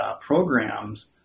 programs